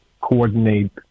coordinate